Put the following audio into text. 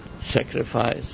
sacrifice